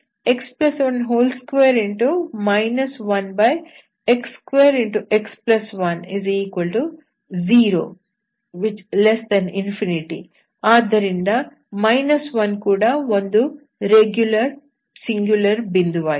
1x3x10∞ ಆದ್ದರಿಂದ 1 ಕೂಡ ಒಂದು ರೆಗ್ಯುಲರ್ ಸಿಂಗ್ಯುಲರ್ ಬಿಂದು ವಾಗಿದೆ